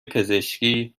پزشکی